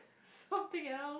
something else